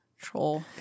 troll